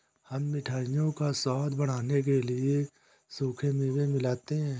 हम मिठाइयों का स्वाद बढ़ाने के लिए सूखे मेवे मिलाते हैं